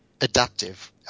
adaptive